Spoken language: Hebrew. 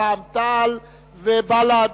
רע"ם-תע"ל ובל"ד.